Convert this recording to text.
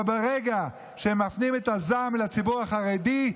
אבל ברגע שהם מפנים את הזעם לציבור החרדי,